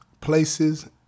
places